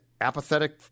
apathetic